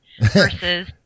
versus